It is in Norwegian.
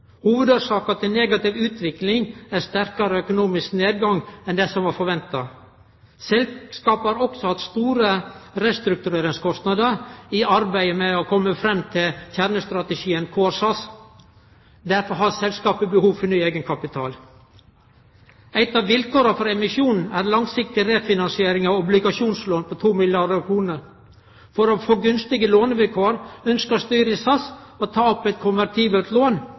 til den negative utviklinga er sterkare økonomisk nedgang enn det som var forventa. Selskapet har òg hatt store restruktureringskostnader i arbeidet med å kome fram til kjernestrategien Core SAS. Derfor har selskapet behov for ny eigenkapital. Eit av vilkåra for emisjonen er ei langsiktig refinansiering av obligasjonslån på 2 milliardar kr. For å få gunstige lånevilkår ønskjer styret i SAS å ta opp eit konvertibelt lån.